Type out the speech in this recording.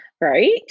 Right